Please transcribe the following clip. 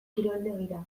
kiroldegira